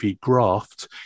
graft